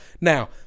Now